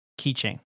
keychain